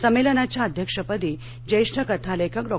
संमेलनाच्या अध्यक्षपदी ज्येष्ठ कथालेखक डॉ